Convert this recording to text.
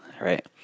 right